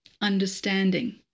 Understanding